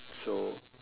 so